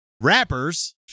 Rappers